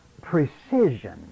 precision